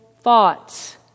thoughts